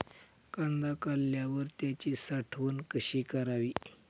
कांदा काढल्यावर त्याची साठवण कशी करावी?